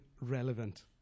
relevant